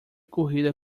corrida